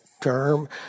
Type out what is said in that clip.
term